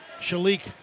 Shalik